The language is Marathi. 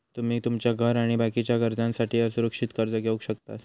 तुमी तुमच्या घर आणि बाकीच्या गरजांसाठी असुरक्षित कर्ज घेवक शकतास